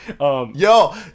Yo